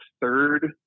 third